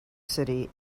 city